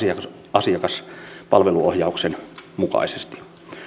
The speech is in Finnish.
asiakaspalveluohjauksen mukaisesti